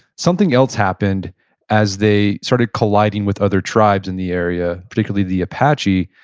something else happened as they started colliding with other tribes in the area, particularly the apache.